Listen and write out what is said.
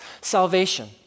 salvation